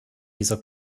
dieser